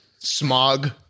smog